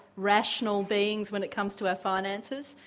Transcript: rational beings when it comes to our finances?